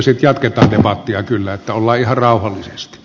sitten jatketaan debattia kyllä että ollaan ihan rauhallisesti